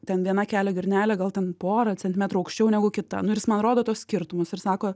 ten viena kelio girnelė gal ten pora centimetrų aukščiau negu kita nu ir jis man rodo tuos skirtumus ir sako